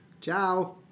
Ciao